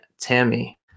Tammy